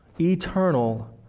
eternal